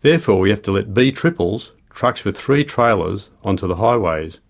therefore, we have to let b-triples trucks with three trailers onto the highways.